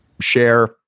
share